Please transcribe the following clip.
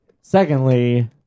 Secondly